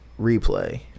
replay